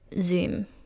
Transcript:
zoom